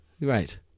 Right